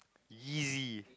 easy